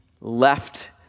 left